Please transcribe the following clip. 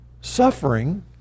Suffering